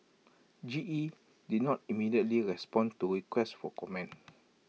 G E did not immediately respond to requests for comment